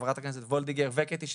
הכנסת וולדיגר וקטי שטרית,